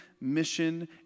mission